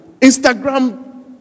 Instagram